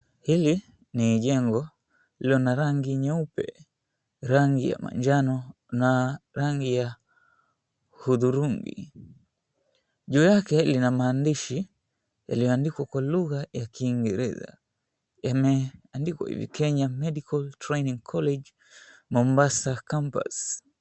Hili ni jengo lililo na rangi nyeupe, rangi ya manjano na rangi ya hudhurungi. Juu yake lina maandishi yaliyoandikwa kwa lugha ya Kiingereza. Yameandikwa hivi, "Kenya Medical Training College, Mombasa Campus".